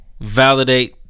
validate